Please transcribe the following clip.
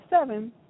seven